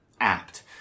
apt